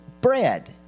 bread